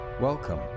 Welcome